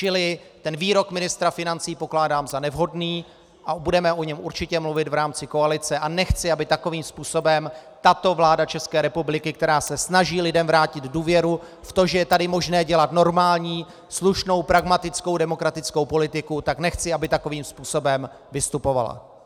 Čili ten výrok ministra financí pokládám za nevhodný a budeme o něm určitě mluvit v rámci koalice a nechci, aby takovým způsobem tato vláda České republiky, která se snaží lidem vrátit důvěru, v to, že je tady možné dělat normální, slušnou, pragmatickou, demokratickou politiku, tak nechci, aby takovým způsobem vystupovala.